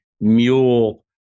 mule